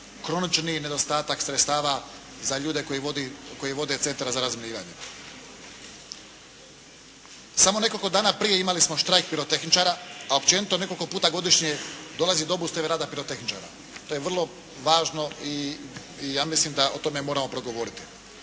kronični nedostatak sredstava za ljude koji vode Centar za razminiranje. Samo nekoliko dana prije imali smo štrajk pirotehničara, a općenito nekoliko puta godišnje dolazi do obustave rada pirotehničara. To je vrlo važno i ja mislim da o tome moramo progovoriti.